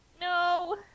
No